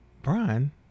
Brian